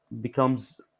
becomes